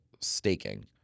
staking